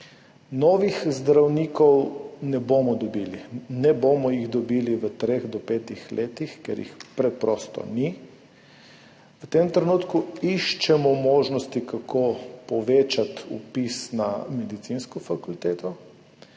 Novih zdravnikov ne bomo dobili, ne bomo jih dobili v treh do petih letih, ker jih preprosto ni. V tem trenutku iščemo možnosti, kako povečati vpis na medicinsko fakulteto,